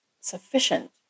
sufficient